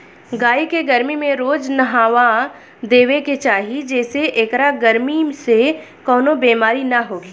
गाई के गरमी में रोज नहावा देवे के चाही जेसे एकरा गरमी से कवनो बेमारी ना होखे